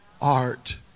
art